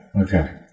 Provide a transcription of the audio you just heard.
Okay